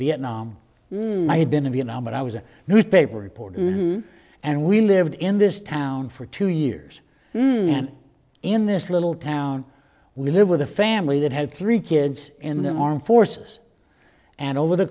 vietnam i had been in vietnam and i was a newspaper reporter and we lived in this town for two years and in this little town we live with a family that had three kids in the armed forces and over the